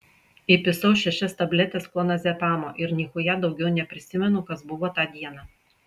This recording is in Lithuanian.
įpisau šešias tabletes klonazepamo ir nichuja daugiau neprisimenu kas buvo tą dieną